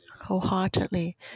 wholeheartedly